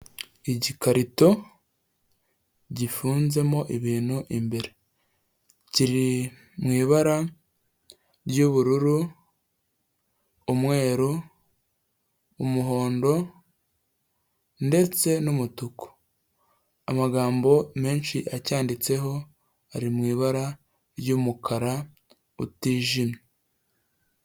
Igikarito gifunzemo ibintu imbere, kiri mw’ibara ry'ubururu ,umweru ,umuhondo ndetse n'umutuku. Amagambo menshi acyanditseho ari mu ibara ry'umukara utijimye.